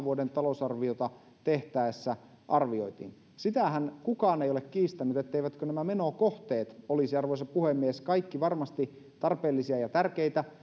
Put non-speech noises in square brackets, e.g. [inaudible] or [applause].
[unintelligible] vuoden talousarviota tehtäessä arvioitiin sitähän kukaan ei ole kiistänyt etteivätkö nämä menokohteet olisi arvoisa puhemies kaikki varmasti tarpeellisia ja tärkeitä [unintelligible]